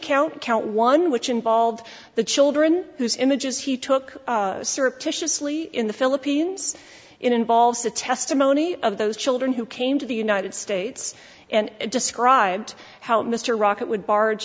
count count one which involved the children whose images he took surreptitiously in the philippines involves the testimony of those children who came to the united states and described how mr rocket would barge